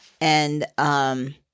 and-